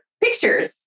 pictures